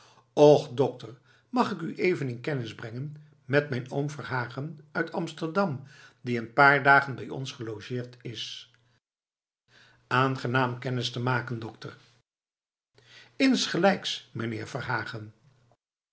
och dokter mag ik u even in kennis brengen met mijn oom verhagen uit amsterdam die een paar dagen bij ons gelogeerd is aangenaam kennis te maken dokter insgelijks mijnheer verhagen